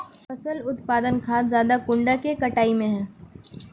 फसल उत्पादन खाद ज्यादा कुंडा के कटाई में है?